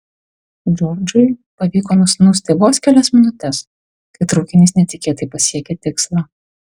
džordžui pavyko nusnūsti vos kelias minutes kai traukinys netikėtai pasiekė tikslą